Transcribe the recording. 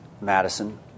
Madison